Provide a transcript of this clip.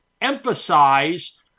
emphasize